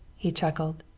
he chuckled.